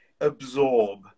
absorb